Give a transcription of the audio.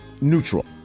neutral